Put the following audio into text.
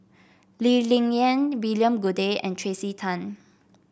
Lee Ling Yen William Goode and Tracey Tan